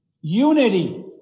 Unity